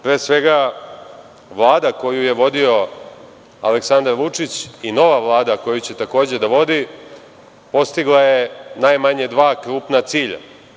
Pre svega, Vlada koju je vodio Aleksandar Vučić i nova Vlada koju će takođe da vodi postigla je najmanje dva krupna cilja.